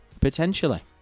Potentially